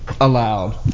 allowed